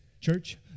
church